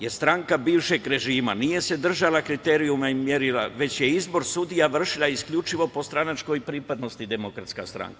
Stranka bivšeg režima se nije držala kriterijuma i merila, već je izbor sudija vršila isključivo po stranačkoj pripadnosti, Demokratska stranka.